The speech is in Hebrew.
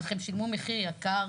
אך גם הם שלמו מחיר יקר,